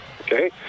okay